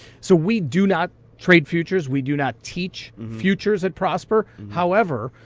so we do not trade futures. we do not teach futures at prosper. however,